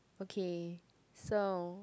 okay so